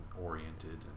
oriented